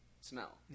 smell